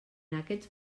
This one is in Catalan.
aquests